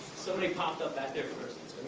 somebody popped up back there first.